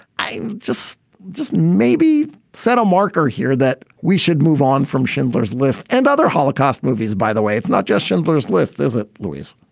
i just just maybe settle marker here that we should move on from schindler's list and other holocaust movies. by the way, it's not just schindler's list, is it, louise?